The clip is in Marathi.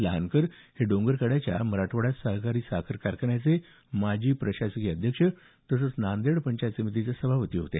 लहानकर हे डोंगरकड्याच्या मराठवाडा सहकारी साखर कारखान्याचे माजी प्रशासकीय अध्यक्ष तसंच नांदेड पंचायत समितीचे सभापती होते